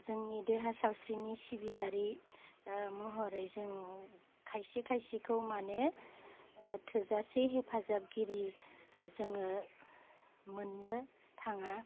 जोंनि देहा सावस्रिनि सिबियारि महरै जों खासे खासेखौ माने थोजासे हेफाजाबगिरि जोङो मोन्नो थाङा